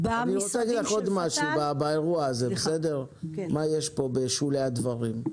רוצה להגיד לך עוד משהו, מה יש פה, בשולי הדברים.